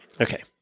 Okay